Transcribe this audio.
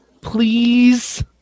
Please